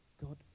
God